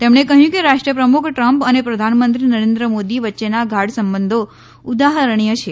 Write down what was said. તેમણે કહયું કે રાષ્ટ્રપ્રમુખ ટ્રમ્પ અને પ્રધાનમંત્રી નરેન્દ્ર મોદી વચ્ચેના ગાઢ સંબંધો ઉદાહરણીય છે